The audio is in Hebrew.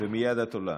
ומייד את עולה.